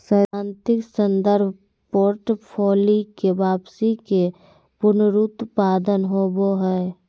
सैद्धांतिक संदर्भ पोर्टफोलि के वापसी के पुनरुत्पादन होबो हइ